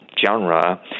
genre